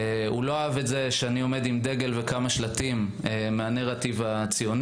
הוא לא אהב את זה שאני עומד עם דגל ועם כמה שלטים מהנראטיב הציוני,